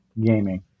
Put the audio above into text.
gaming